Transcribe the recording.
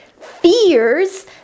fears